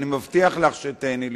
אני מבטיח לך שתיהני לשמוע.